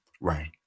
Right